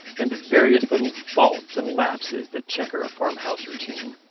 and the various little faults and lapses that chequer a farmhouse routine.